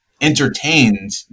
entertained